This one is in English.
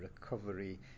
recovery